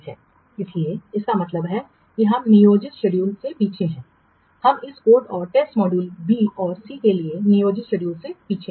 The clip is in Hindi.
इसलिए इसका मतलब है हम नियोजित शेड्यूल से पीछे हैं हम इस कोड और टेस्ट मॉडल बी और सी के लिए नियोजित शेड्यूल से पीछे हैं